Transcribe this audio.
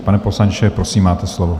Pane poslanče, prosím, máte slovo.